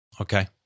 Okay